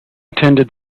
attended